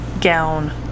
gown